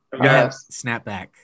Snapback